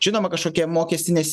žinoma kažkokie mokestinės